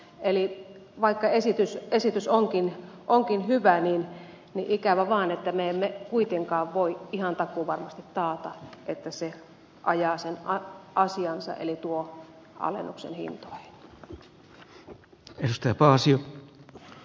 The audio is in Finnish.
eli vaikka esitys onkin hyvä niin ikävä vaan että me emme kuitenkaan voi ihan takuuvarmasti taata että se ajaa sen asiansa eli tuo alennuksen hintoihin